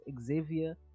Xavier